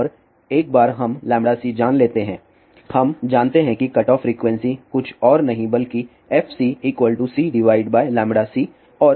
और एक बार हम cजान लेते हैं हम जानते हैं कि कटऑफ फ्रीक्वेंसी कुछ और नहीं बल्कि fcCc और c 2a है